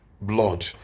blood